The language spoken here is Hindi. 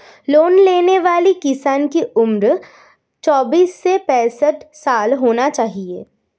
लोन लेने वाले किसान की उम्र चौबीस से पैंसठ साल होना चाहिए